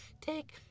Take